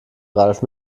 ralf